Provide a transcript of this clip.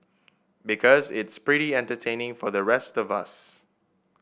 because it's pretty entertaining for the rest of us